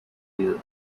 you